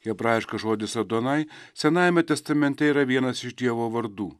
hebrajiškas žodis adonai senajame testamente yra vienas iš dievo vardų